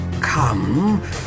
come